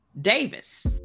Davis